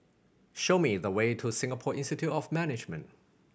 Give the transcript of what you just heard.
show me the way to Singapore Institute of Management